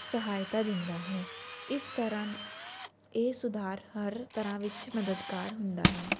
ਸਹਾਇਤਾ ਦਿੰਦਾ ਹੈ ਇਸ ਤਰ੍ਹਾਂ ਇਹ ਸੁਧਾਰ ਹਰ ਤਰ੍ਹਾਂ ਵਿੱਚ ਮਦਦਗਾਰ ਹੁੰਦਾ ਹੈ